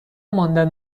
ماندن